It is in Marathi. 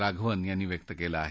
राघवन यांनी व्यक्त केलं आहे